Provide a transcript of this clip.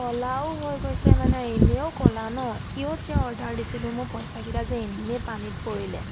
ক'লাও হৈ গৈছে মানে এনেও ক'লা ন কিয় যে অৰ্ডাৰ দিছিলোঁ মোৰ পইচাকেইটা যে এনেই পানীত পৰিলে